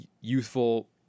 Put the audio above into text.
youthful